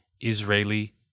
Israeli